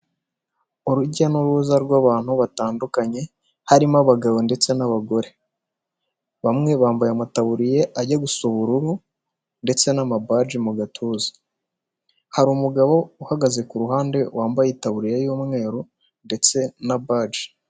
Urujya n'uruza rw'abantu batandukanye harimo: abagabo, ndetse n'abagore bamwe bambaye amataburiye ajya gusa ubururu ndetse n'amabaji mu gatuza hari umugabo uhagaze ku ruhande wambayetaburiya y'umweru ndetse na baji.